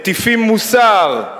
מטיפים מוסר,